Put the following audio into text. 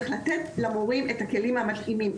צריך לתת למורים את הכלים המתאימים,